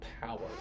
power